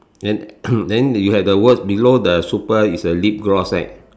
then then you have the words below the super is a lip gloss right